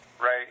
right